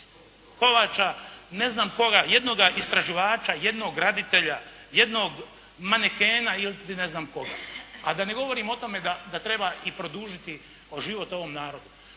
Kovača, ne znam koga, jednoga istraživača, jednog graditelja, jednog manekena ili ti ne znam koga. A da ne govorim o tome da treba i produžiti život ovom narodu.